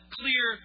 clear